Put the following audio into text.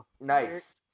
Nice